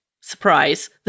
surprise